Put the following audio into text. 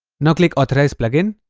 now, click authorize plugin